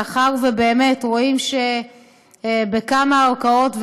מאחר שבאמת רואים שבכמה ערכאות,